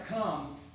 come